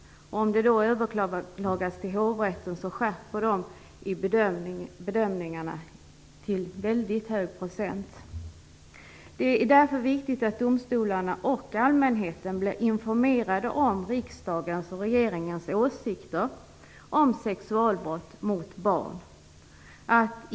Om en dom överklagas till hovrätten, så skärper den bedömningarna i mycket stor utsträckning. Det är därför viktigt att domstolarna och allmänheten blir informerade om riksdagens och regeringens åsikter om sexualbrott mot barn.